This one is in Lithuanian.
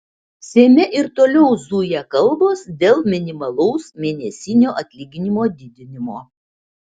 seime ir toliau zuja kalbos dėl minimalaus mėnesinio atlyginimo didinimo